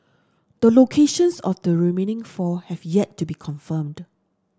the locations of the remaining four have yet to be confirmed